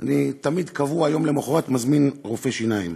אני תמיד, קבוע, ביום המחרת מזמין רופא שיניים.